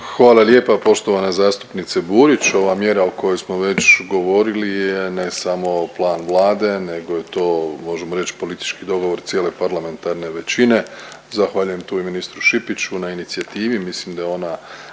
Hvala lijepa poštovana zastupnice Burić. Ova mjera o kojoj smo već govorili je ne samo plan Vlade, nego je to možemo reći politički dogovor cijele parlamentarne većine. Zahvaljujem tu i ministru Šipiću na inicijativi, mislim da je ona